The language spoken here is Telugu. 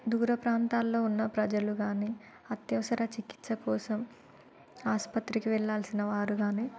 దూర ప్రాంతాల్లో ఉన్న ప్రజలు కాని అత్యవసర చికిత్స కోసం ఆసుపత్రికి వెళ్ళాల్సిన వారు కాని